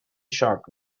sharp